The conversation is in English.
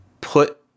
put